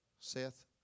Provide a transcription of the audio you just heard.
Seth